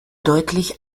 deutlich